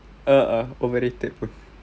a'ah overrated pun